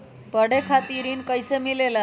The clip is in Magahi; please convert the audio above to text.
पढे खातीर ऋण कईसे मिले ला?